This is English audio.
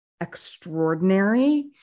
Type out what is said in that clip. extraordinary